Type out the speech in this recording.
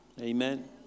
amen